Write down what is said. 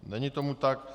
Není tomu tak.